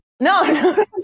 No